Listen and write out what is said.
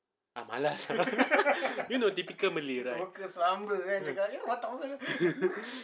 malas you know typical malay right